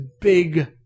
big